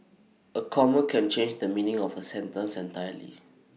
A comma can change the meaning of A sentence entirely